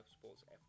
Sports